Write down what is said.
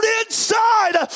inside